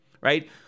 right